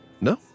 no